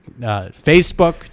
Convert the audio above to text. Facebook